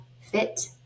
fit